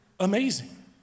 Amazing